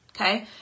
okay